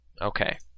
Okay